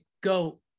go